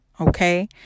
okay